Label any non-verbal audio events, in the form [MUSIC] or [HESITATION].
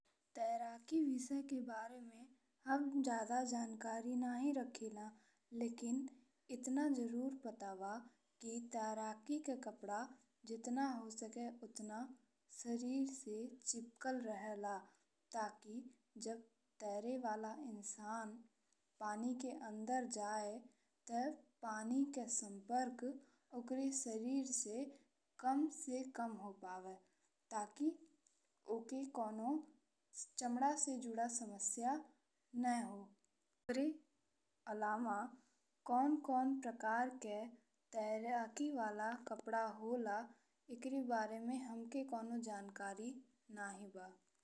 तैराकी विषय के बारे में हम जादा जानकारी नहीं रखिला। लेकिन एतना जरूर पता बा कि तैराकी के कपड़ा जतना हो सके ओतना शरीर से चिपकल रहेला ताकि जब तैरे वाला इंसान पानी के अंदर जाए ते पानी के संपर्क ओकरे शरीर से कम से कम हो पावे। ताकि ओकर कौनो [HESITATION] चमड़ा से जुड़ा समस्या न हो। ओकरे अलावा कौन-कौन प्रकार के [HESITATION] तैराकी वाला कपड़ा होला एकरे बारे में हमके कौनो जानकारी नहीं बा।